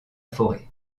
forêt